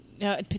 No